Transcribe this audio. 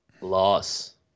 loss